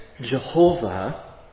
Jehovah